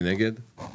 במיוחד את ועדת הכספים.